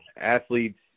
athletes